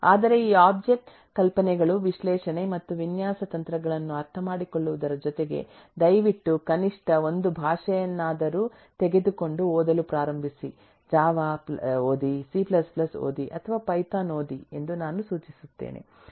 ಆದರೆ ಈ ಒಬ್ಜೆಕ್ಟ್ ಕಲ್ಪನೆಗಳು ವಿಶ್ಲೇಷಣೆ ಮತ್ತು ವಿನ್ಯಾಸ ತಂತ್ರಗಳನ್ನು ಅರ್ಥಮಾಡಿಕೊಳ್ಳುವುದರ ಜೊತೆಗೆ ದಯವಿಟ್ಟು ಕನಿಷ್ಠ ಒಂದು ಭಾಷೆಯನ್ನಾದರೂ ತೆಗೆದುಕೊಂಡು ಓದಲು ಪ್ರಾರಂಭಿಸಿ ಜಾವಾ ಓದಿ ಸಿ C ಓದಿ ಅಥವಾ ಪೈಥಾನ್ ಓದಿ ಎಂದು ನಾನು ಸೂಚಿಸುತ್ತೇನೆ